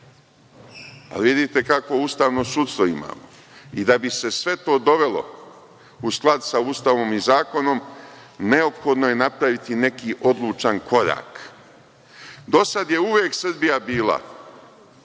ali, vidite kakvo ustavno sudstvo imamo. I da bi se sve to dovelo u skladu sa Ustavom i zakonom neophodno je napraviti neki odlučan korak. Do sad je uvek Srbija bila